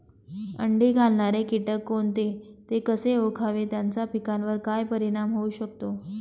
अंडी घालणारे किटक कोणते, ते कसे ओळखावे त्याचा पिकावर काय परिणाम होऊ शकतो?